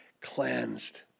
cleansed